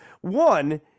One